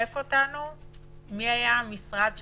מי היה המשרד שאמר: